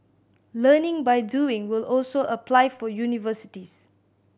learning by doing will also apply for universities